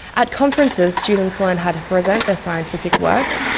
at conferences students learn how to present their scientific work,